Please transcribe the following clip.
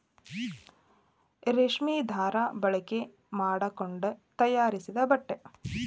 ರೇಶ್ಮಿ ದಾರಾ ಬಳಕೆ ಮಾಡಕೊಂಡ ತಯಾರಿಸಿದ ಬಟ್ಟೆ